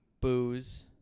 booze